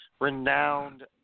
renowned